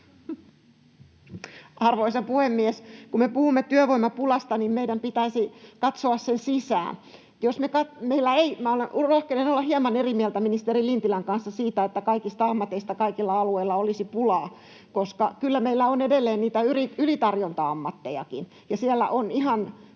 Arvoisa puhemies! Kun me puhumme työvoimapulasta, niin meidän pitäisi katsoa sen sisään. Rohkenen olla hieman eri mieltä ministeri Lintilän kanssa siitä, että kaikista ammateista kaikilla alueilla olisi pulaa. Kyllä meillä on edelleen niitä ylitarjonta-ammattejakin, ja siellä on ihan